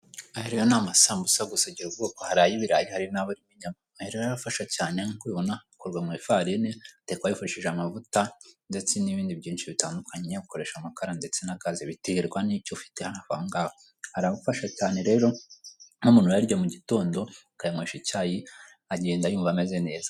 ayo ni amasambusa gusa agira ubwoko hari ayi ibirayi hari nayi inyama aya rero arafasha cyane akorwa mu ifarine atekwa yifashishije amavuta ndetse n'ibindi byinshi bitandukanye iyo ukoresha amakara ndetse n'agazi biterwa n'icyo ufite hafi Aho ngaho arafasha cyane rero nk'umuntu uyarya mu gitondo ukayanywesha icyayi agenda yumva ameze neza.